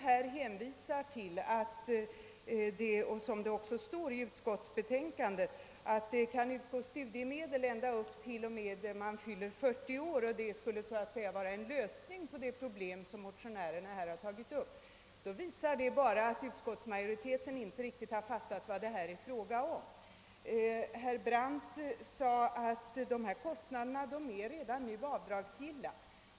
När herr Brandt och utskottsmajoriteten hänvisar till att studiemedel kan utgå ända upp till 40 års ålder och att detta skulle vara en lösning på det problem som motionärerna tagit upp, visar det bara att herr Brandt och utskottsmajoriteten inte riktigt fattar vad det är fråga om. Herr Brandt sade att dessa kostnader redan är avdragsgilla.